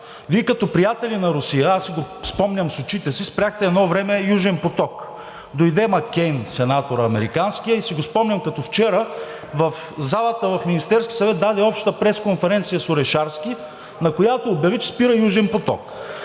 Вие като приятели на Русия – аз си спомням с очите си, спряхте едно време Южен поток. Дойде Маккейн – американският сенатор, спомням си го като вчера, и в залата в Министерския съвет даде обща пресконференция с Орешарски, на която обяви, че спира Южен поток.